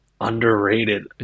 underrated